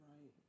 Right